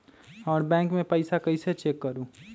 हमर बैंक में पईसा कईसे चेक करु?